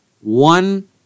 one